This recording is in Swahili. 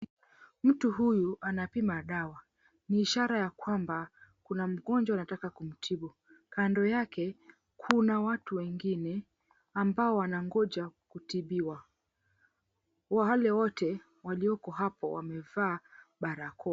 Mtu huyu anapima dawa, ni ishara ya kwamba kuna mgonjwa anataka kumtibu, kando yake kuna watu wengine ambao wanangoja kutibiwa wale wote waliokuwepo hapo wamevaa barakoa.